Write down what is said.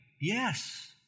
yes